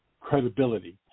credibility